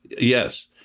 Yes